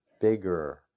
bigger